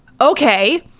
okay